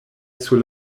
sur